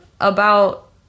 about-